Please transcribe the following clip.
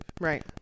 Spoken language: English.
Right